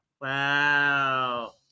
wow